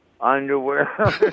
underwear